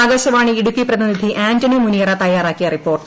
ആകാശവാണി ഇടുക്കി പ്രതിനിധി ആന്റണി മുനിയറ തയ്യാറാക്കിയ റിപ്പോർട്ട്